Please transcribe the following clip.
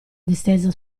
distesa